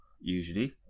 usually